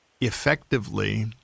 effectively